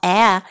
Air